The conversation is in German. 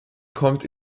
kommt